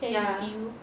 then did you